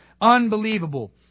Unbelievable